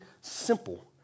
simple